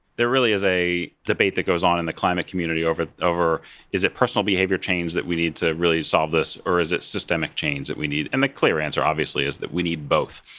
there really is a debate that goes on in the climate community over over is it personal behavior change that we need to really solve this, or is it systemic change that we need? and the clear answer obviously is that we need both.